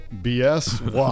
BS